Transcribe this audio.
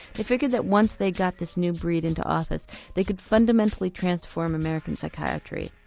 they figured that once they got this new breed into office they could fundamentally transform american psychiatry.